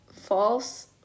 false